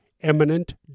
eminent